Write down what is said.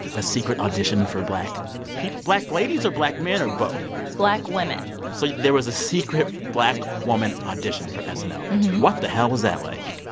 a secret audition for black people black ladies or black men or both? black women so there was a secret black woman audition for snl. what the hell was that like?